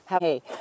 Hey